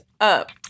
up